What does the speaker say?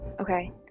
Okay